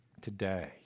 today